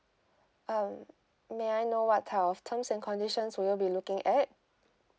um may I know what type of terms and conditions will you be looking at